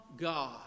God